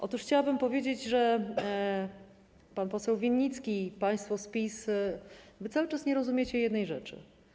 Otóż chciałabym powiedzieć, że pan poseł Winnicki i państwo z PiS cały czas nie rozumieją jednej rzeczy.